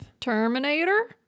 terminator